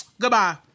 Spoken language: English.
Goodbye